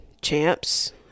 champs